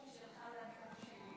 תאמין לי.